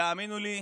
והאמינו לי,